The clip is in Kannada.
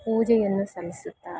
ಪೂಜೆಯನ್ನು ಸಲ್ಲಿಸುತ್ತಾರೆ